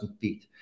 feet